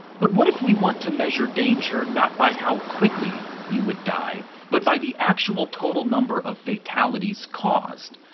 but what if we want to measure danger not by how quickly you would die, but by the actual total number of fatalities caused.